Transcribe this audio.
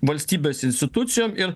valstybės institucijom ir